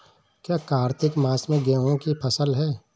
क्या कार्तिक मास में गेहु की फ़सल है?